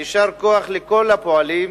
יישר כוח לכל הפועלים,